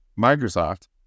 Microsoft